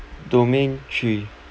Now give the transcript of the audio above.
domain three